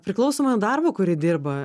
priklausomai nuo darbo kurį dirba